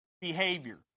behavior